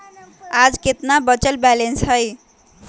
आज केतना बचल बैलेंस हई?